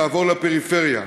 לעבור לפריפריה,